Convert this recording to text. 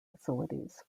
facilities